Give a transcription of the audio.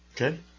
okay